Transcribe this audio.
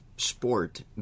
sport